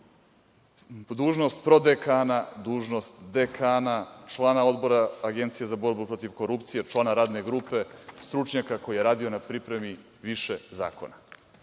dužnost prodekana, dužnost dekana, člana Odbora Agencije za borbu protiv korupcije, člana Radne grupe, stručnjaka koji je radio na pripremi više zakona. Da